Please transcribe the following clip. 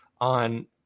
on